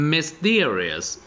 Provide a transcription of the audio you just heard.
Mysterious